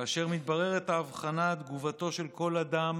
כאשר מתבררת האבחנה, תגובתו של כל אדם